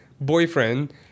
boyfriend